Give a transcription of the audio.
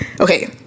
okay